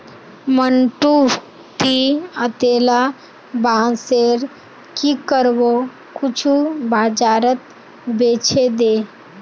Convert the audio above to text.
मंटू, ती अतेला बांसेर की करबो कुछू बाजारत बेछे दे